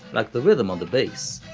like the rhythm and the bass,